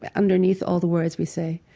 but underneath all the words we say,